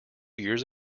years